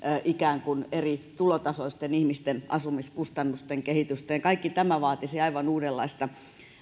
ikään kuin eri tulotasoisten ihmisten asumiskustannusten kehitystä kaikki tämä vaatisi aivan uudenlaista